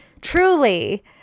truly